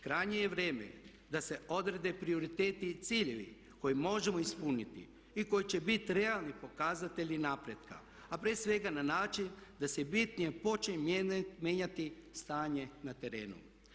Krajnje je vrijeme da se odrede prioriteti i ciljevi koje možemo ispuniti i koji će biti realni pokazatelji napretka, a prije svega na način da se bitnije počne mijenjati stanje na terenu.